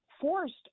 forced